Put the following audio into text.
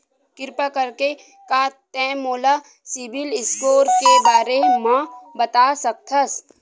किरपा करके का तै मोला सीबिल स्कोर के बारे माँ बता सकथस?